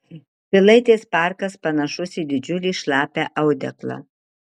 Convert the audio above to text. pilaitės parkas panašus į didžiulį šlapią audeklą